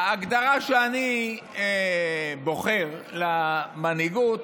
ההגדרה שאני בוחר למנהיגות